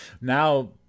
now